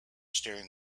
staring